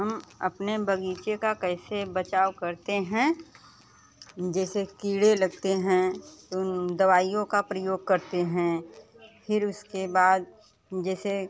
हम अपने बगीचे का कैसे बचाव करते हैं जैसे कीड़े लगते हैं तो दवाइयों का प्रयोग करते हैं फिर उसके बाद जैसे